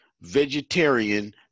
vegetarian